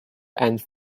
and